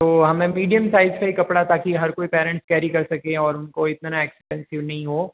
तो हमें medium size का ही कपड़ा ताकि हर कोई पेरेंट्स कैरी कर सकें और उनको इतना एक्सपेंसिव नहीं हो